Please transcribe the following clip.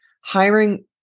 hiring